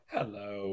Hello